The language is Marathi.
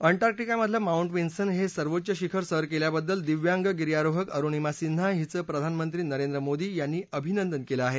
अंटार्क्टिकामधलं माउंट विन्सन हे सर्वोच्च शिखर सर केल्याबद्दल दिव्यांग गिर्यारोहक अरुणिमा सिन्हा हिचं प्रधानमंत्री नरेंद्र मोदी यांनी अभिनंदन केलं आहे